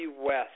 West